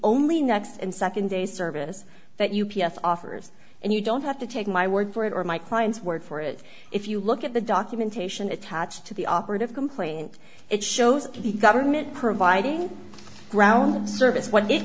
only next and second day service that you p s offers and you don't have to take my word for it or my clients word for it if you look at the documentation attached to the operative complaint it shows the government providing ground service wh